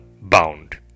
bound